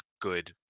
good